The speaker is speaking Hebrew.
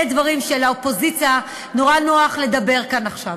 דברים שלאופוזיציה נורא נוח לדבר כאן עכשיו.